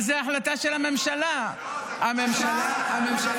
לו היה מקבל החלטת ממשלה בממשלה הקודמת,